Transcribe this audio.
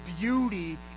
beauty